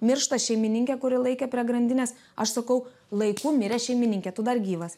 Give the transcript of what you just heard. miršta šeimininkė kuri laikė prie grandinės aš sakau laiku mirė šeimininkė tu dar gyvas